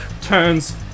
turns